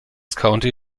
county